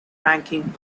ranking